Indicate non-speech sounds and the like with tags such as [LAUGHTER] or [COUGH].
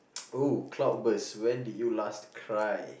[NOISE] oh cloudburst when did you last cry